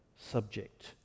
subject